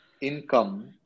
income